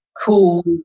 cool